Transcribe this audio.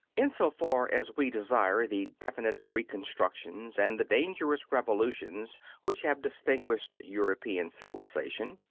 in so far as we desire the definite reconstructions and the dangerous revolutions which have distinguished european civilization,